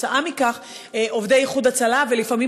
וכתוצאה מכך עובדי "איחוד הצלה" ולפעמים